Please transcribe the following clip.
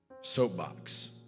soapbox